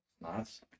Nice